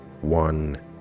one